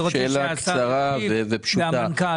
אני רוצה שהשר ישיב והמנכ"ל.